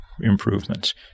improvements